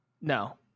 No